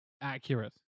Accurate